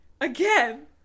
again